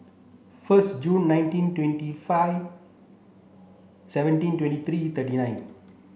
first June nineteen twenty five seventeen twenty three thirty nine